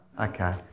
Okay